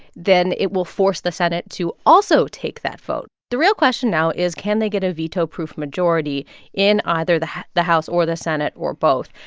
then it will force the senate to also take that vote. the real question now is, can they get a veto-proof majority in either the the house or the senate or both?